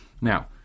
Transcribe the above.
Now